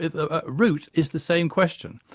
the the ah root is the same question.